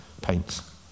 paints